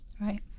Right